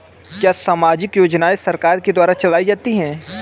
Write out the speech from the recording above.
क्या सामाजिक योजनाएँ सरकार के द्वारा चलाई जाती हैं?